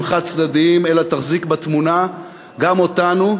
חד-צדדיים אלא תחזיק בתמונה גם אותנו,